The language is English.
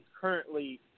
currently